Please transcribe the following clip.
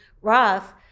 Roth